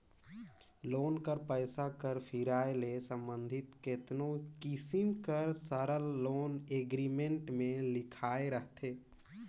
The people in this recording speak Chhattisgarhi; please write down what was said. लोन कर पइसा कर फिराए ले संबंधित केतनो किसिम कर सरल लोन एग्रीमेंट में लिखाए रहथे